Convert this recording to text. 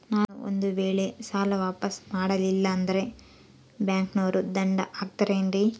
ನಾನು ಒಂದು ವೇಳೆ ಸಾಲ ವಾಪಾಸ್ಸು ಮಾಡಲಿಲ್ಲಂದ್ರೆ ಬ್ಯಾಂಕನೋರು ದಂಡ ಹಾಕತ್ತಾರೇನ್ರಿ?